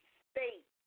state